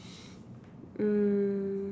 mm